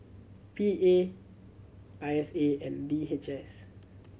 P A I S A and D H S